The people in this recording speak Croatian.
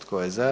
Tko je za?